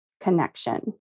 connection